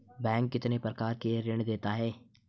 Bank कितने प्रकार के ऋण देता है?